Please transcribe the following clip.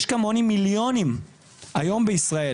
יש כמוני מיליונים היום בישראל.